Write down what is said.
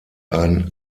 ein